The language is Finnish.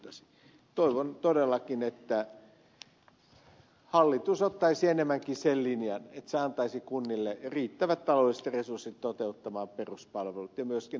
toivon todellakin että hallitus ottaisi enemmänkin sen linjan että se antaisi kunnille riittävät taloudelliset resurssit toteuttaa peruspalvelut ja myöskin erikoissairaanhoidon